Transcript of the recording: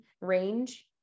range